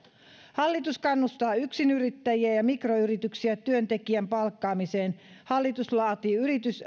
hallitus kannustaa yksinyrittäjiä ja mikroyrityksiä työntekijän palkkaamiseen hallitus laatii